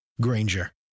Granger